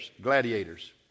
gladiators